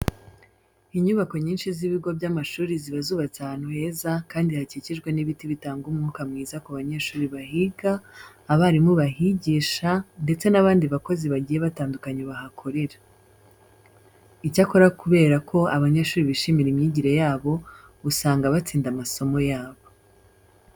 Inyubako nyinshi z'ibigo by'amashuri ziba zubatse ahantu heza kandi hakikijwe n'ibiti bitanga umwuka mwiza ku banyeshuri bahiga, abarimu bahigisha ndetse n'abandi bakozi bagiye batandukanye bahakorera. Icyakora kubera ko abanyeshuri bishimira imyigire yabo, usanga batsinda amasomo yabo.